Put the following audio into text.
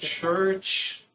church